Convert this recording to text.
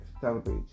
celebrate